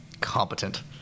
competent